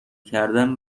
کردن